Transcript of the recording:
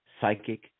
psychic